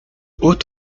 hauts